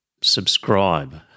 subscribe